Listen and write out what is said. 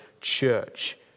church